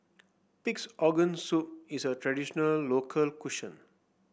Pig's Organ Soup is a traditional local cuisine